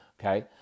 Okay